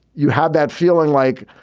you had that feeling like,